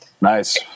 Nice